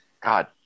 God